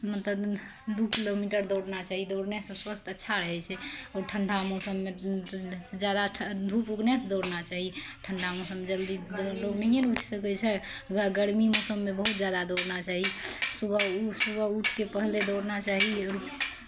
मतलब दू किलोमीटर दौड़ना चाही दौड़नेसँ स्वस्थ अच्छा रहै छै आओर ठण्ढा मौसममे तऽ ज्यादा ठ धूप उगनेसँ दौड़ना चाही ठण्ढा मौसम जल्दी लोक नहिए ने उइठ सकै छै गर्मी मौसममे बहुत ज्यादा दौड़ना चाही सुबह ओ सुबह उठि कऽ पहिले दौड़ना चाही